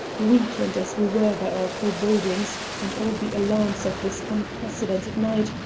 weakened as we were by our forebodings and all the alarms of this unprecedented night,